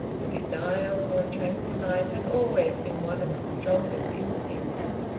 the desire for a tranquil life had always been one of his strongest instincts,